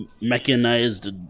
mechanized